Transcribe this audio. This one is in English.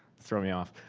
throwing me off.